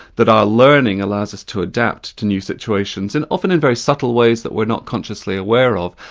that our learning allows us to adapt to new situations, and often in very subtle ways that we're not consciously aware of,